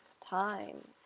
time